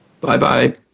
Bye-bye